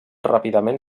ràpidament